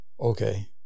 okay